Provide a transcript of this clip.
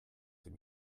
dem